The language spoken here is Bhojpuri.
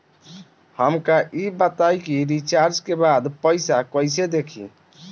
हमका ई बताई कि रिचार्ज के बाद पइसा कईसे देखी?